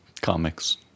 Comics